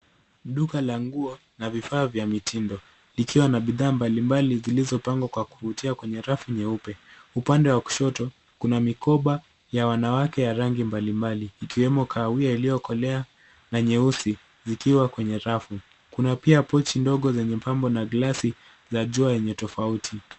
Duka la nguo na vifaa vya mitindo likiwa na bidhaa mbalimbali zilizopangwa kwa kuvutia kwenye rafu nyeupe. Upande wa kushoto kuna mikoba ya wanawake ya rangi mbalimbali ikiwemo kahawia iliyokolea na nyeusi zikiwa kwnye rafu. Kuna pia pochi ndogo zenye pambo na glasi za jua yenye tofauti.